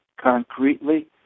concretely